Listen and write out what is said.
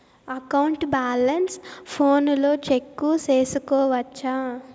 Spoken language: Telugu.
అకౌంట్ బ్యాలెన్స్ ఫోనులో చెక్కు సేసుకోవచ్చా